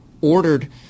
ordered